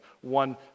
one